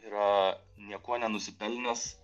yra niekuo nenusipelnęs